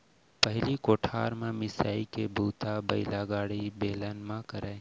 पहिली कोठार म मिंसाई के बूता बइलागाड़ी, बेलन म करयँ